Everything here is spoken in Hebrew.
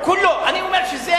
אני אומר שזה